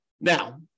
Now